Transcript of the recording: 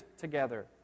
together